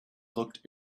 looked